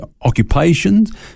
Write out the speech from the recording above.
occupations